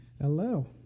Hello